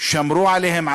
שמרו עליהם,